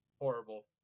Horrible